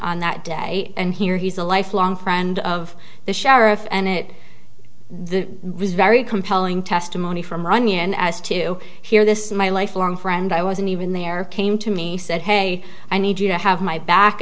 on that day and here he's a lifelong friend of the sheriff and it the reason very compelling testimony from runyon as to here this is my lifelong friend i wasn't even there came to me said hey i need to have my back